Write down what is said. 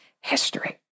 history